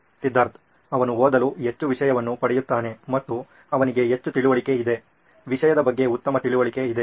ಸಿದ್ಧಾರ್ಥ್ ಅವನು ಓದಲು ಹೆಚ್ಚು ವಿಷಯವನ್ನು ಪಡೆಯುತ್ತಾನೆ ಮತ್ತು ಅವನಿಗೆ ಹೆಚ್ಚು ತಿಳುವಳಿಕೆ ಇದೆ ವಿಷಯದ ಬಗ್ಗೆ ಉತ್ತಮ ತಿಳುವಳಿಕೆ ಇದೆ